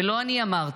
ולא אני אמרתי,